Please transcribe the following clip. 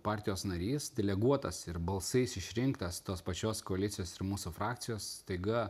partijos narys deleguotas ir balsais išrinktas tos pačios koalicijos ir mūsų frakcijos staiga